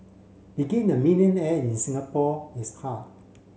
begin a millionaire in Singapore is hard